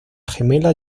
gemela